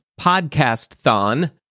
podcast-thon